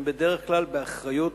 שהם בדרך כלל באחריות